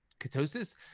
ketosis